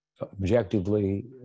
objectively